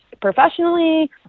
professionally